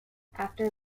after